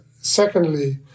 secondly